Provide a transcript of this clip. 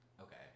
okay